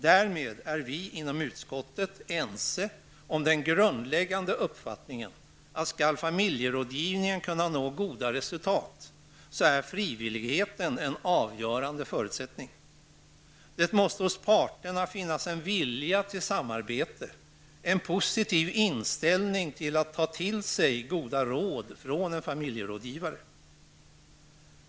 Därmed är vi inom utskottet ense om den grundläggande uppfattningen: Frivilligheten är en avgörande förutsättning för att familjerådgivningen skall kunna nå goda resultat. Det måste hos parterna finnas en vilja till samarbete, en positiv inställning till detta med att ta till sig goda råd från en familjerådgivare.